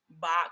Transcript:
box